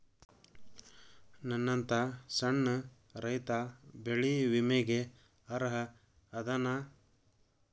ನನ್ನಂತ ಸಣ್ಣ ರೈತಾ ಬೆಳಿ ವಿಮೆಗೆ ಅರ್ಹ ಅದನಾ?